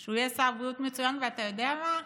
שהוא יהיה שר בריאות מצוין, ואתה יודע מה?